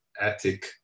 attic